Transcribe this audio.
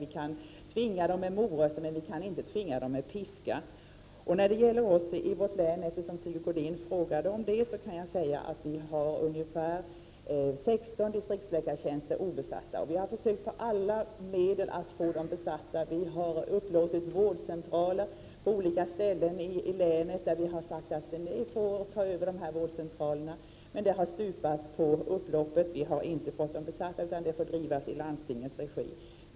Vi kan tvinga dem med morötter, men vi kan inte tvinga dem med piska. Eftersom Sigge Godin frågade om vårt län, kan jag säga att vi har ungefär 16 distriktsläkartjänster obesatta. Med alla medel har vi försökt få dem besatta. Vi har upplåtit vårdcentraler på olika ställen i länet; vi har sagt: ”Ni får ta över de här vårdcentralerna.” Men försöken har så att säga stupat på upploppet. Vi har inte fått tjänsterna besatta, utan verksamheten får drivas i landstingets regi.